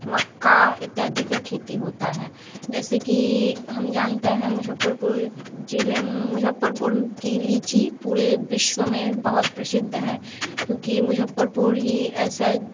मक्का इत्यादि का खेती होता है जैसे कि हम जानते है मुजफ्फरपुर जिले मुजफ्फपुर की लीची पूरे विश्व में बहुत प्रसिद्ध है क्योंकि मुजफ्फपुर ही ऐसा